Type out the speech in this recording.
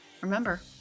remember